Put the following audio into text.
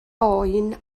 boen